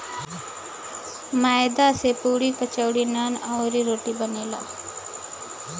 मैदा से पुड़ी, कचौड़ी, नान, अउरी, रोटी बनेला